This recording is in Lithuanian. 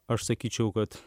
aš sakyčiau kad